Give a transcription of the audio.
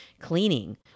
cleaning